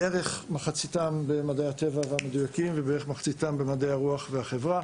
מחציתם במדעי הטבע והמדויקים ומחציתם במדעי הרוח והחברה.